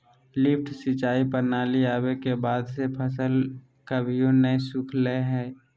lift सिंचाई प्रणाली आवे के बाद से फसल कभियो नय सुखलय हई